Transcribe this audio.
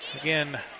Again